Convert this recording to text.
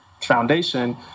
foundation